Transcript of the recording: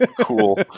Cool